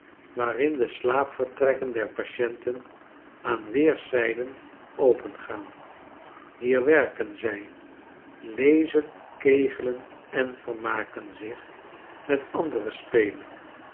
waarin de slaapvertrekken der patienten aan weerszijden opengaan hier werken zy lezen kegelen en vermaken zich met andere spelen